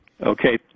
Okay